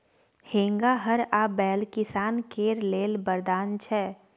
हेंगा, हर आ बैल किसान केर लेल बरदान छै